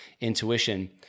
intuition